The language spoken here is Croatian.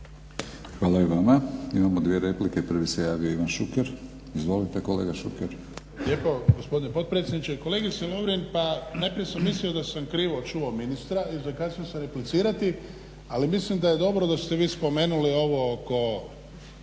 Hvala i vama. Imamo 2 replike. Prvi se javio Ivan Šuker. Izvolite kolega Šuker. **Šuker, Ivan (HDZ)** Hvala lijepo gospodine potpredsjedniče. Kolegice Lovrin pa najprije sam mislio da sam krivo čuo ministra i zakasnio sam replicirati, ali mislim da je dobro da ste vi spomenuli ovo oko